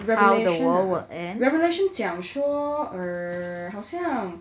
revelation will revelation 讲说 err 好像